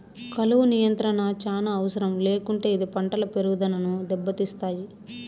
కలుపు నియంత్రణ చానా అవసరం లేకుంటే ఇది పంటల పెరుగుదనను దెబ్బతీస్తాయి